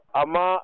ama